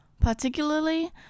particularly